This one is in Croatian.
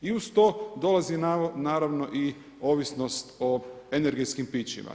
I uz to dolazi naravno i ovisnost o energetskih pićima.